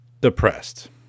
depressed